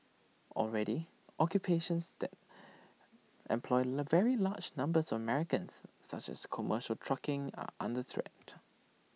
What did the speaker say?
already occupations that employ le very large numbers of Americans such as commercial trucking are under threat